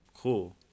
Cool